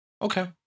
Okay